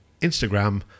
Instagram